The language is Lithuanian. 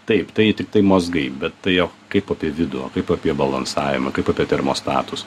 taip tai tiktai mazgai bet tai o kaip apie vidų kaip apie balansavimą kaip apie termostatus